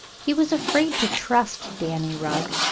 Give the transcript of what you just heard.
he was afraid to trust danny rugg,